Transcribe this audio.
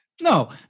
no